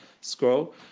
scroll